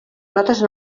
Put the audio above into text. notes